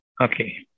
Okay